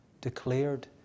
declared